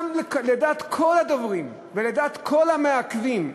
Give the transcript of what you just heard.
גם לדעת כל הדוברים ולדעת כל המעכבים,